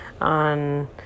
on